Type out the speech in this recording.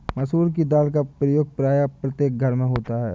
मसूर की दाल का प्रयोग प्रायः प्रत्येक घर में होता है